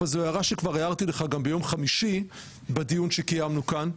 וזו הערה שכבר הערתי לך גם ביום חמישי בדיון שקיימנו כאן,